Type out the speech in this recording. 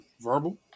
verbal